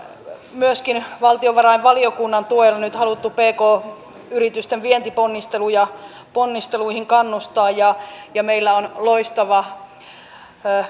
kun täällä on välillä vaikeuksia uskoa meitä opposition edustajia niin lainaanpa anneli pohjolaa meille kaikille tuttua professoria